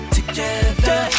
together